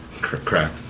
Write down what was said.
Crack